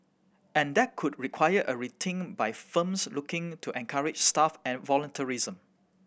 and that could require a rethink by firms looking to encourage staff and volunteerism